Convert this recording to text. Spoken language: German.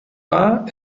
war